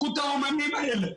קחו את האומנים האלה.